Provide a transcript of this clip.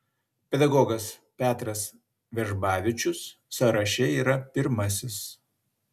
pedagogas petras vežbavičius sąraše yra pirmasis